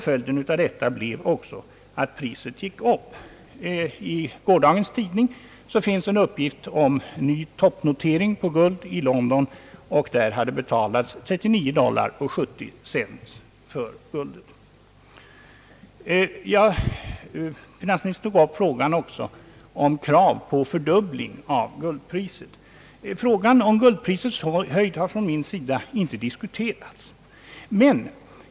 Följden härav blev också att priset gick upp. I gårdagens tidning finns en uppgift om ny toppnotering på guld i London. Där hade betalats 39 dollar och 70 cent för guldet per uns. Finansministern tog också upp frågan om en väntad fördubbling av guldpriset. Frågan om guldprisets höjd har från min sida inte diskuterats.